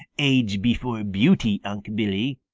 age before beauty unc' billy,